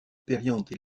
périanthe